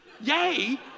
Yay